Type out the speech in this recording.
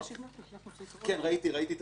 ראיתי את הסעיף.